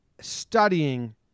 studying